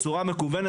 מקוונת,